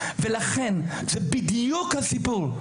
לכן זה בדיוק הסיפור.